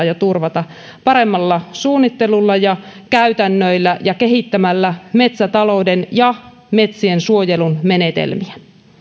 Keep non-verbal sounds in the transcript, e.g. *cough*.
*unintelligible* ja turvata paremmalla suunnittelulla ja käytännöillä ja kehittämällä metsätalouden ja metsiensuojelun menetelmiä